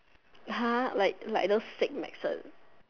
!huh! like like those fake medicine